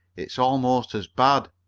it's almost as bad,